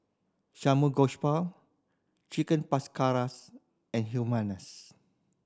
Chicken and Hummus